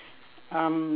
um